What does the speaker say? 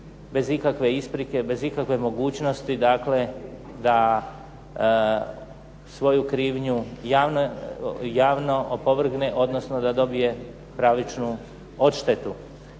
bez ikakve isprike, bez ikakve mogućnosti, dakle da svoju krivnju javno opovrgne, odnosno da dobije pravičnu odštetu.